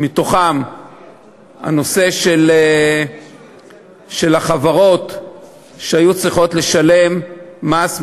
בהם הנושא של החברות שהיו צריכות לשלם מס,